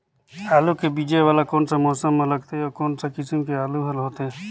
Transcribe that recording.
आलू के बीजा वाला कोन सा मौसम म लगथे अउ कोन सा किसम के आलू हर होथे?